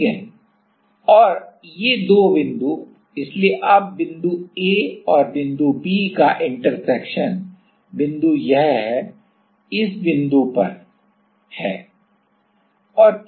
ठीक है और ये दो बिंदु इसलिए अब बिंदु A और B बिंदु का इंटरसेक्शन प्रतिच्छेदन बिंदु यह है इस बिंदु पर है